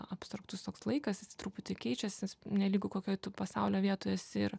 abstraktus toks laikas jis truputį keičiasi nelygu kokioj pasaulio vietoj esi ir